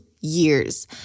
years